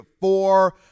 four